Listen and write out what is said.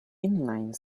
inline